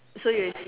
so you're